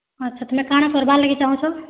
ହଁ ସେଥିର୍ଲାଗି କାଣା କର୍ବାର୍ ଲାଗି ଚାହୁଁଛ